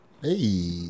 Hey